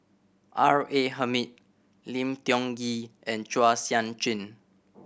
R A Hamid Lim Tiong Ghee and Chua Sian Chin